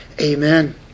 Amen